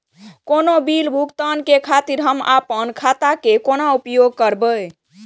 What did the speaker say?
कोनो बील भुगतान के खातिर हम आपन खाता के कोना उपयोग करबै?